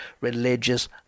religious